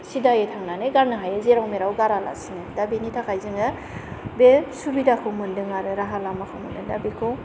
जेराव मेराव गारा लासिनो दा बेनि थाखायनो बे सुबिदाखौ मोनदों आरो राहा लामाखौ मोनदों दा बेखौ